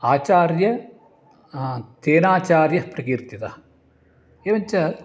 आचार्यः तेनाचार्यः प्रकीर्तितः एवञ्च